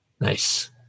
Nice